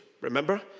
Remember